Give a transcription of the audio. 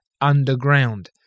underground